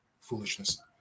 foolishness